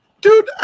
Dude